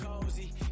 cozy